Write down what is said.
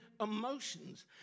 emotions